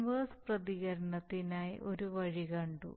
inverse പ്രതികരണത്തിനായി ഒരു വഴി കണ്ടു